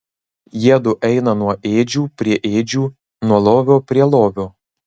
jiedu eina nuo ėdžių prie ėdžių nuo lovio prie lovio